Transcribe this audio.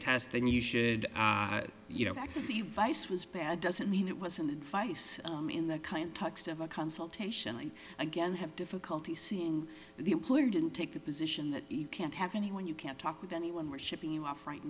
test then you should you know the vice was bad doesn't mean it was in the face in that kind of a consultation and again have difficulty seeing the employer didn't take the position that you can't have anyone you can't talk with anyone we're shipping you off right